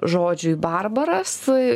žodžiui barbaras